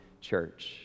church